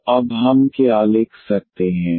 तो अब हम क्या लिख सकते हैं